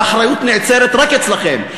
והאחריות נעצרת רק אצלכם.